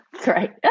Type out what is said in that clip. great